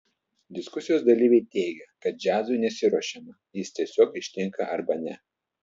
diskusijos dalyviai teigė kad džiazui nesiruošiama jis tiesiog ištinka arba ne